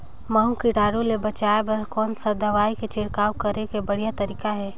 महू कीटाणु ले बचाय बर कोन सा दवाई के छिड़काव करे के बढ़िया तरीका हे?